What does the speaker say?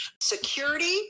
Security